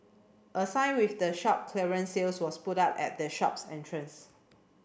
a sign with the shop clearance sale was put up at the shops entrance